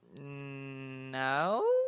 No